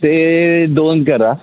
ते दोन करा